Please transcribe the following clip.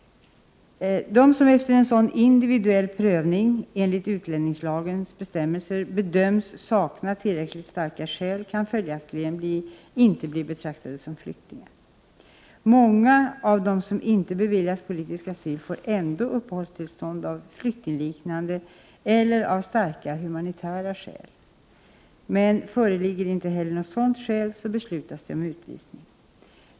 Den som efter en sådan individuell prövning enligt utlänningslagens bestämmelser bedöms sakna tillräckligt starka skäl kan följaktligen inte bli betraktad som flykting. Många av dem som inte beviljas politisk asyl får ändå uppehållstillstånd av flyktingliknande eller av starka humanitära skäl, men föreligger inte heller sådana skäl så beslutas det om utvisning.